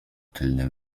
tylnym